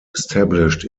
established